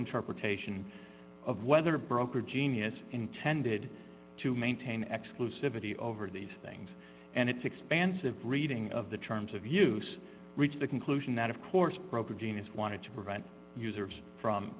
interpretation of whether broker genius intended to maintain exclusivity over these things and its expansive reading of the terms of use reached the conclusion that of course broker gene is wanted to prevent users from